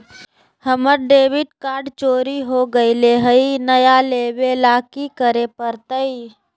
हमर debit card चोरी हो गेले हई, नया लेवे ल की करे पड़तई?